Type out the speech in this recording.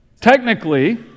Technically